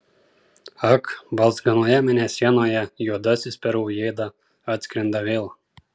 ak balzganoje mėnesienoje juodasis per aujėdą atskrenda vėl